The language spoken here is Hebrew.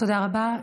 תודה רבה.